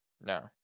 No